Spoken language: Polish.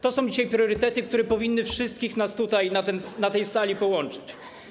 To są dzisiaj priorytety, które powinny wszystkich nas tutaj, na tej sali, połączyć.